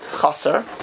Chaser